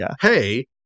Hey